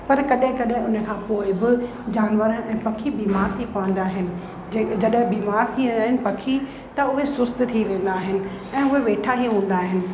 पर कॾहिं कॾहिं उन खां पोइ बि जानवरनि ऐं पखी बीमार थी पवंदा आहिनि जे जॾहिं बीमार थी वेंदा आहिनि पखी त उहे सुस्त थी वेंदा आहिनि ऐं उहे वेठा ई हूंदा आहिनि